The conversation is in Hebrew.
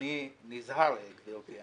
אני נזהר, גבירתי.